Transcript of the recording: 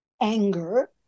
anger